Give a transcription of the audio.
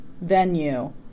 Venue